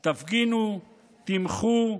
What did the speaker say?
תפגינו, תמחו,